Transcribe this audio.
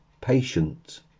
Patient